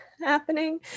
happening